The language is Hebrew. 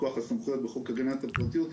מכוח הסמכויות בחוק הגנת הפרטיות,